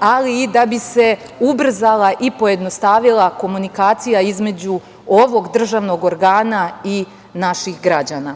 ali i da bi se ubrzala i pojednostavila komunikacija između ovog državnog organa i naših građana.